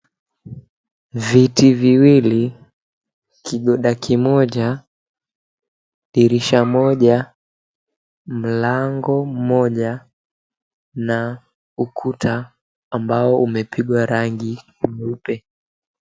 Viti viwili, kigoda kimoja, dirisha moja, mlango mmoja na ukuta ambao umepigwa rangi nyeupe.